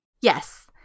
Yes